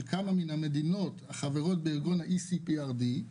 כמה מן המדינות החברות בארגון ה- ECPRD,